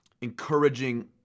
encouraging